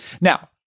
now